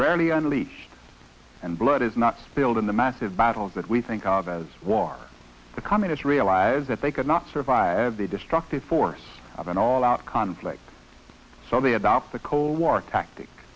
rarely unleashed and blood is not spilled in the massive battles that we think of as war the communists realize that they could not survive the destructive force of an all out conflict so they adopt the cold war tactic